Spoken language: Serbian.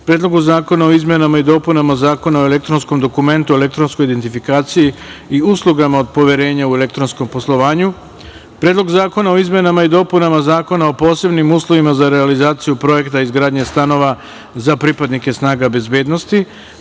Predlogu zakona o izmenama i dopunama Zakona o elektronskom dokumentu, elektronskoj identifikaciji i uslugama od poverenja u elektronskom poslovanju, Predlogu zakona o izmenama i dopunama Zakona o posebnim uslovima za realizaciju projekta izgradnje stanova za pripadnike snaga bezbednosti,